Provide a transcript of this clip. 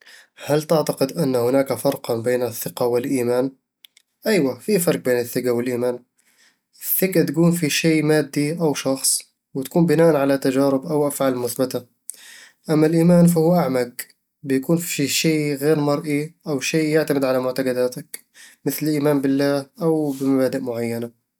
هل تعتقد أن هناك فرقًا بين الثقة والإيمان؟ ايوه، في فرق بين الثقة والإيمان الثقة تكون في شي مادي أو شخص، وتكون بناءً على تجارب أو أفعال مثبتة أما الإيمان فهو أعمق، بيكون في شي غير مرئي أو شي يعتمد على معتقداتك، مثل الإيمان بالله أو بمبادئ معينة